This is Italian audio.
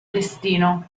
destino